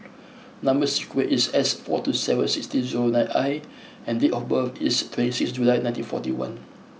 number sequence is S four two seven six zero nine I and date of birth is twenty six July nineteen forty one